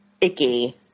icky